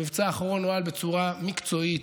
המבצע האחרון נוהל בצורה מקצועית,